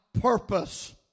purpose